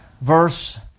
verse